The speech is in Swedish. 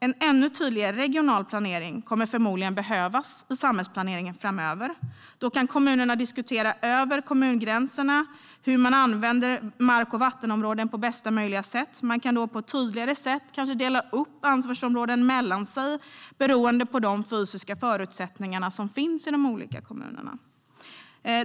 En ännu tydligare regional planering kommer förmodligen att behövas i samhällsplaneringen framöver. Då kan kommunerna diskutera över kommungränserna hur man använder mark och vattenområden på bästa möjliga sätt, och man kan kanske på ett tydligare sätt dela upp ansvarsområden mellan sig beroende på de olika fysiska förutsättningar som finns i de olika kommunerna.